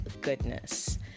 goodness